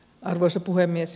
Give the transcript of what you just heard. arvoisa puhemies